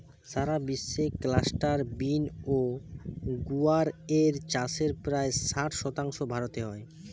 সারা বিশ্বে cluster bean বা গুয়ার এর চাষের প্রায় ষাট শতাংশ ভারতে হয়